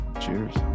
Cheers